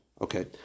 Okay